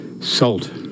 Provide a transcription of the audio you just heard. salt